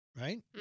right